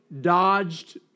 dodged